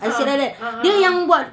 ah ah ah ah